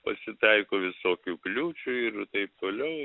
pasitaiko visokių kliūčių ir taip toliau